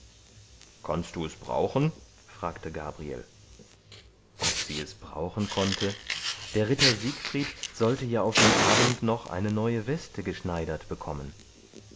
kannst es brauchen fragte gabriel ob sie es brauchen konnte der ritter siegfried sollte ja auf den abend noch eine neue weste geschneidert bekommen